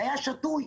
היה שתוי?